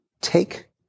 take